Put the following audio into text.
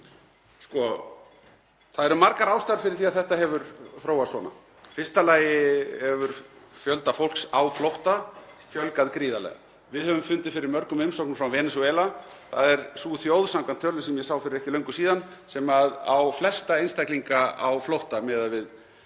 Það eru margar ástæður fyrir því að þetta hefur þróast svona. Í fyrsta lagi hefur fólki á flótta fjölgað gríðarlega. Við höfum fundið fyrir mörgum umsóknum frá Venesúela. Það er sú þjóð samkvæmt tölum sem ég sá fyrir ekki löngu síðan sem á flesta einstaklinga á flótta miðað við